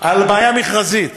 על בעיה מכרזית,